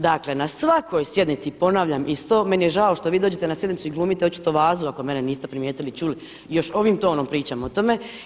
Dakle na svakoj sjednici ponavljam isto, meni je žao što vi dođete na sjednicu i glumite očito vazu ako mene niste primijetili, čuli, još ovim tonom pričam o tome.